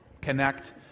Connect